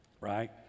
Right